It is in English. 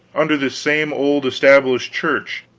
under this same old established church,